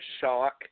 shock